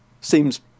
seems